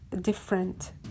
different